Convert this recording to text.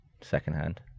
secondhand